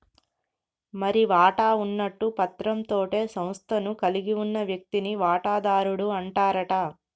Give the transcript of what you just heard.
మరి వాటా ఉన్నట్టు పత్రం తోటే సంస్థను కలిగి ఉన్న వ్యక్తిని వాటాదారుడు అంటారట